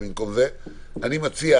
אני מציע